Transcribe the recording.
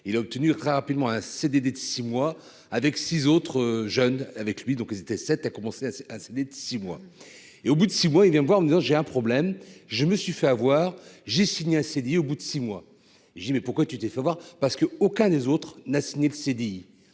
il a obtenu rapidement un CDD de 6 mois, avec 6 autres jeunes avec lui, donc c'était sept a commencé à à est de 6 mois et au bout de six mois il vient me voir en me disant j'ai un problème, je me suis fait avoir j'ai signé un CDI au bout de 6 mois, je dis : mais pourquoi tu t'es fait avoir parce qu'aucun des autres n'a signé le CDI